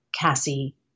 Cassie